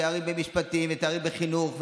תארים במשפטים ותארים בחינוך,